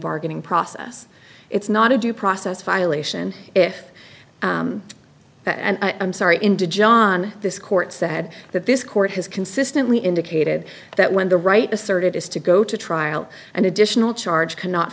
bargaining process it's not a due process violation if i'm sorry indeed john this court said that this court has consistently indicated that when the right asserted is to go to trial an additional charge cannot